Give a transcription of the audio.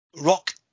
Rock